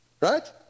Right